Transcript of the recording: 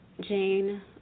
Jane